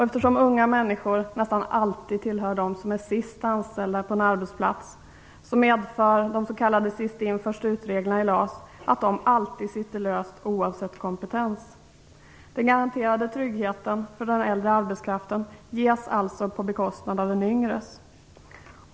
Eftersom unga människor nästan alltid tillhör dem som är sist anställda på en arbetsplats, medför de s.k. sist-in-först-ut-reglerna i LAS att de alltid sitter löst oavsett kompetens. Den garanterade tryggheten för den äldre arbetskraften ges alltså på bekostnad av den yngres.